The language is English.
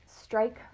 strike